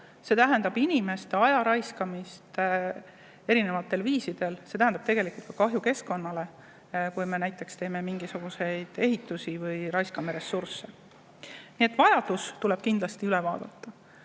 See tähendab inimeste aja raiskamist eri viisidel, see tähendab tegelikult ka kahju keskkonnale, kui me teeme näiteks mingisuguseid [ebavajalikke] ehitusi või raiskame ressursse. Nii et vajadus tuleb kindlasti üle vaadata.